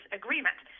agreement